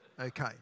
Okay